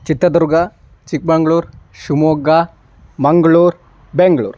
Chitradurga Chikmagalur Shimoga Mangalore Bengaluru